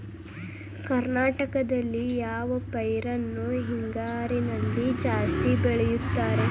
ಕರ್ನಾಟಕದಲ್ಲಿ ಯಾವ ಪೈರನ್ನು ಹಿಂಗಾರಿನಲ್ಲಿ ಜಾಸ್ತಿ ಬೆಳೆಯುತ್ತಾರೆ?